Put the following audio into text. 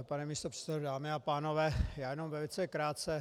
Pane místopředsedo, dámy a pánové, jenom velice krátce.